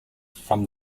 from